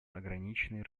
ограничены